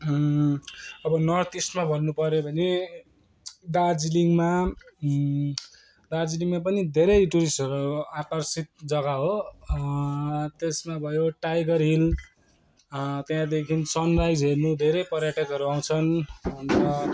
अब नर्थ इस्टमा भन्नु पऱ्यो भने दार्जिलिङमा दार्जिलिङमा पनि धेरै टुरिस्टहरू धेरै आकर्षित जग्गा हो त्यसमा भयो टाइगर हिल त्यहाँदेखि सनराइज हेर्न धेरै पर्यटकहरू आउँछन् अन्त